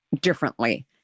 differently